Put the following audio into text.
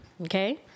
Okay